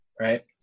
right